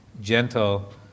gentle